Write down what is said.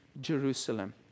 Jerusalem